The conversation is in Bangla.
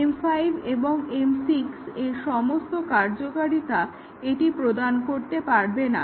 M5 এবং M6 এর সমস্ত কার্যকারিতা এটি প্রদান করতে পারবেনা